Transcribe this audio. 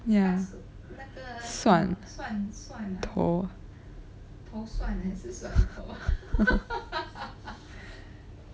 ya 蒜头